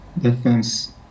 defense